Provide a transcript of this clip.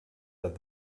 that